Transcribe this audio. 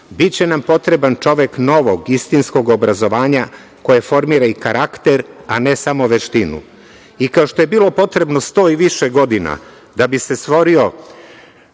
nam potreban čovek novog, istinskog obrazovanja, koji formira karakter, a ne samo veštinu. Kao što je bilo potrebno 100 i više godina da bi se stvorio